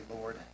Lord